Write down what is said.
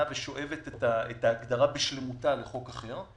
ושואבת את ההגדרה בשלמותה לחוק אחר.